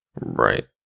Right